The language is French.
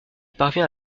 parvient